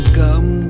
come